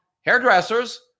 hairdressers